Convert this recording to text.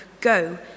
go